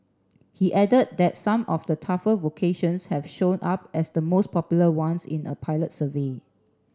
he added that some of the tougher vocations have shown up as the most popular ones in a pilot survey